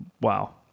wow